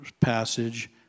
passage